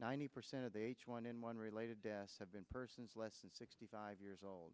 ninety percent of the h one n one related deaths have been persons less than sixty five years old